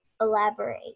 elaborate